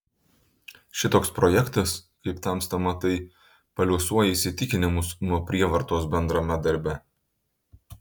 šitoks projektas kaip tamsta matai paliuosuoja įsitikinimus nuo prievartos bendrame darbe